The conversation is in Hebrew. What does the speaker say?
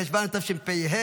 בחשוון התשפ"ה,